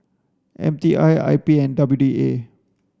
M T I I P and W D A